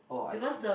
oh I see